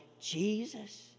Jesus